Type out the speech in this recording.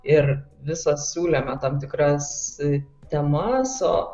ir visos siūlėme tam tikras temas o